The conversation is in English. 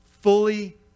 fully